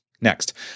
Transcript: Next